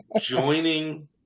Joining